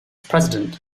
president